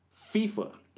FIFA